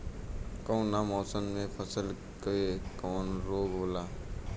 कवना मौसम मे फसल के कवन रोग होला?